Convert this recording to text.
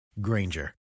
Granger